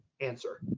answer